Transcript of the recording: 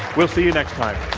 we'll see you next time.